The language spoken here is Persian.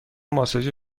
ماساژ